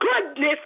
goodness